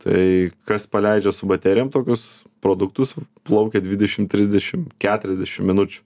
tai kas paleidžia su baterijom tokius produktus plaukia dvidešim trisdešim keturiasdešim minučių